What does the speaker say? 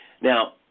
Now